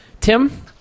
Tim